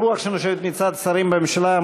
הרוח הנושבת מצד שרים בממשלה,